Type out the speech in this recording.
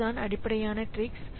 இதுதான் அடிப்படையான ட்ரிக்ஸ்